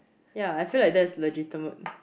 ya I feel like that's legitimate